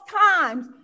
times